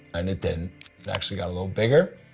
and it didn't, it actually got a little bigger.